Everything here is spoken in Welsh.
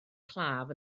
claf